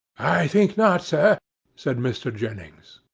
i think not, sir said mr. jennings.